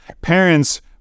parents